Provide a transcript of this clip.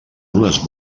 unes